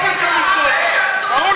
ראש הממשלה, מה שעשו לך עשו לאחרים.